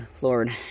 Lord